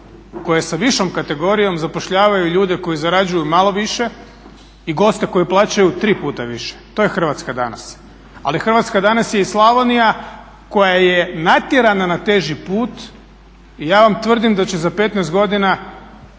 koje sa višom kategorijom zapošljavaju ljude koji zarađuju malo više i goste koji plaćaju tri puta više. To je Hrvatska danas. Ali Hrvatska danas je i Slavonija koja je natjerana na teži put i ja vam tvrdim da će za 15 godina,